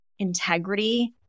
integrity